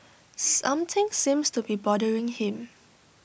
something seems to be bothering him